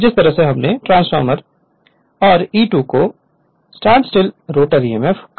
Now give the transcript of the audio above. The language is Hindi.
जिस तरह से हमने ट्रांसफ़ॉर्मर s और E2 को स्टैंडस्टिल रोटर emf कहां है